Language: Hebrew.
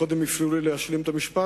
קודם הפריעו לי להשלים את המשפט,